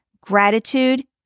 gratitude